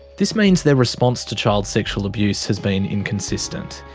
this means their response to child sexual abuse has been inconsistent.